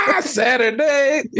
Saturday